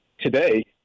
today